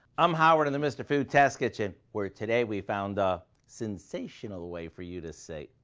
i'm howard in the mr. food test kitchen, where today we found a cin-sational way for you to say,